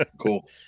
cool